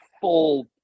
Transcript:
full